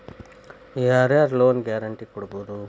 ಯಾರ್ ಯಾರ್ loan guarantee ಕೊಡ್ಬೊದು?